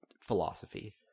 philosophy